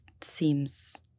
seems